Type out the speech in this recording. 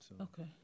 Okay